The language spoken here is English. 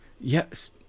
yes